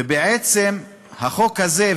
ובעצם החוק הזה,